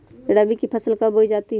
रबी की फसल कब बोई जाती है?